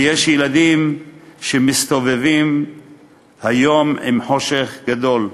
ויש ילדים שמסתובבים היום עם חושך גדול.